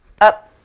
up